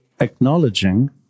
acknowledging